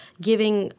giving